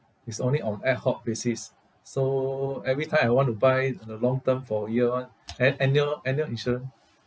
it's only on ad hoc basis so every time I want to buy the long term for a year [one] an~ annual annual insurance